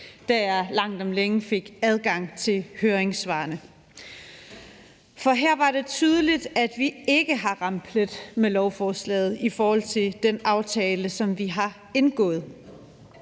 da jeg langt om længe fik adgang til høringssvarene. For her var det tydeligt, at vi ikke har ramt plet med lovforslaget i forhold til den aftale, som vi har indgået.